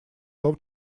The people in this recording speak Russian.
том